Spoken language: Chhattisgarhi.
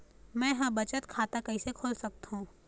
मै ह बचत खाता कइसे खोल सकथों?